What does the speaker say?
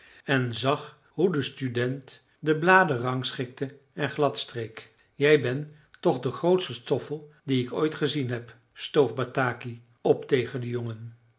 en zag hoe de student de bladen rangschikte en glad streek jij ben toch de grootste stoffel dien ik ooit gezien heb stoof bataki op tegen den jongen